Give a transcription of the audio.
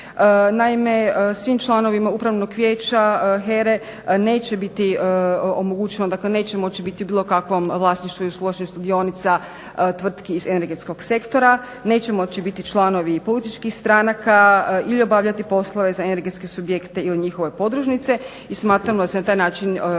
naime, svim članovima Upravnog vijeća HERA-e neće biti omogućeno dakle neće moći biti bilo kakvom vlasništvu i … štedionica tvrtki iz energetskog sektora neće moći biti članovi političkih stranaka ili obavljati poslove za energetske subjekte ili njihove podružnice i smatramo da se na taj način istinu